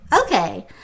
okay